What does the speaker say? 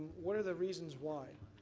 what are the reasons why?